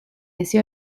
ese